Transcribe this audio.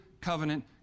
covenant